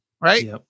right